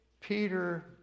Peter